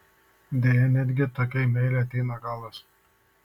deja netgi tokiai meilei ateina galas